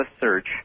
Search